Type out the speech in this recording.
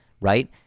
right